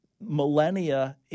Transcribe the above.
millennia